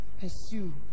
Pursue